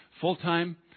full-time